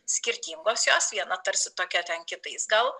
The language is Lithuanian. skirtingos jos viena tarsi tokia ten kitais gal